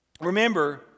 remember